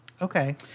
Okay